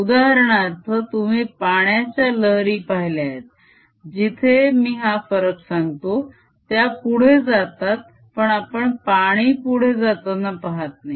उदाहरणार्थ तुम्ही पाण्याच्या लहरी पाहिल्या आहेत जिथे मी हा फरक सांगतो त्या पुढे जातात पण आपण पाणी पुढे जाताना पाहत नाही